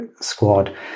squad